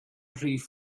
rhif